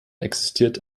existiert